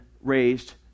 raised